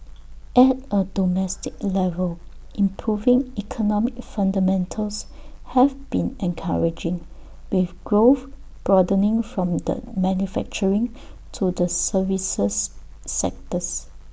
at A domestic level improving economic fundamentals have been encouraging with growth broadening from the manufacturing to the services sectors